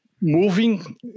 Moving